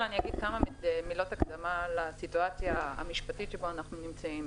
אומר כמה מילות הקדמה לסיטואציה המשפטית שבה אנחנו נמצאים.